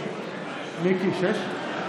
של קבוצת סיעת יהדות התורה, קבוצת סיעת ש"ס,